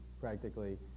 practically